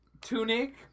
Tunic